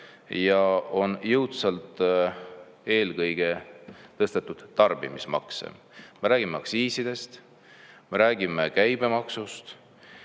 ja on jõudsalt eelkõige tõstetud tarbimismakse. Me räägime aktsiisidest, me räägime käibemaksust,